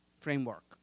framework